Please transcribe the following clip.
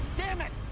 goddamn it!